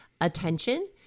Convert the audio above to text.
attention